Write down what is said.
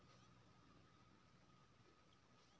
गान्ही बाबा बकरीक दूध पीबैत रहय